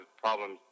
problems